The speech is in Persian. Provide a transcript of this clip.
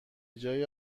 جای